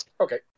Okay